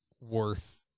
worth